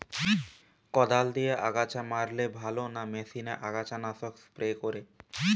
কদাল দিয়ে আগাছা মারলে ভালো না মেশিনে আগাছা নাশক স্প্রে করে?